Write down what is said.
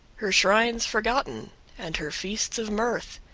her shrines forgotten and her feasts of mirth,